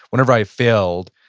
whenever i failed,